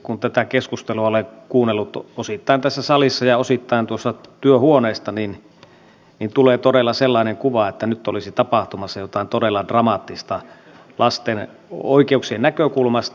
kun tätä keskustelua olen kuunnellut osittain tässä salissa ja osittain työhuoneessa niin tulee todella sellainen kuva että nyt olisi tapahtumassa jotain todella dramaattista lasten oikeuksien näkökulmasta